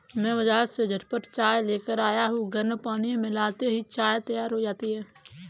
मैं बाजार से झटपट चाय लेकर आया हूं गर्म पानी में मिलाते ही चाय तैयार हो जाती है